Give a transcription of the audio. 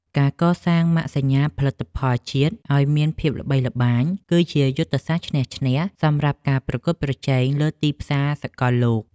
ការកសាងម៉ាកសញ្ញាផលិតផលជាតិឱ្យមានភាពល្បីល្បាញ គឺជាយុទ្ធសាស្ត្រឈ្នះឈ្នះសម្រាប់ការប្រកួតប្រជែងលើទីផ្សារសកលលោក។